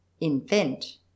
INVENT